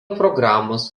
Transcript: programos